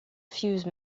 fuse